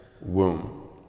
womb